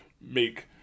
make